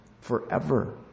forever